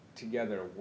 Together